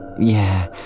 Yeah